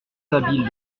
habile